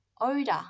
odor